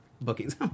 bookings